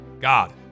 God